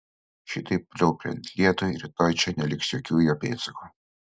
šitaip pliaupiant lietui rytoj čia neliks jokių jo pėdsakų